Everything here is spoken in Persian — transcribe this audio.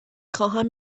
خواهم